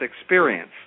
experience